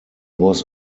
was